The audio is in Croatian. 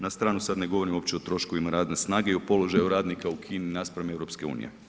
Na stranu sad ne govorim uopće o troškovima radne snage i o položaju radnika u Kini naspram EU.